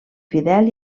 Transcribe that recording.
fidel